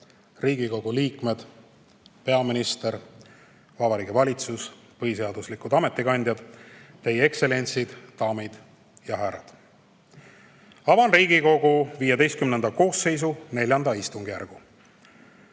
Riigikogu liikmed, peaminister, Vabariigi Valitsus, põhiseaduslikud ametikandjad, Teie Ekstsellentsid, daamid ja härrad! Avan Riigikogu XV koosseisu IV istungjärgu. Austatud